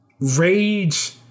rage